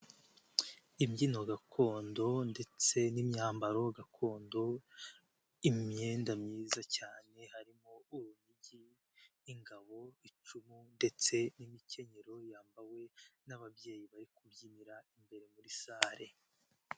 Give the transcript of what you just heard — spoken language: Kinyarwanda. Imbyino gakondo ndetse n'imyambaro gakondo, imyenda myiza cyane harimo urunigi, n'ingabo, icumu, ndetse n'imikenyero yambawe n'ababyeyi, bari kubyinira imbere muri sale.